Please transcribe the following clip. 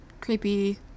Creepy